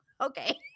okay